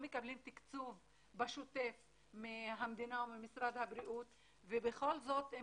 לא מקבלים תקצוב בשוטף מהמדינה או ממשרד הבריאות והם